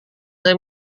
saya